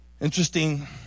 Interesting